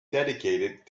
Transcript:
dedicated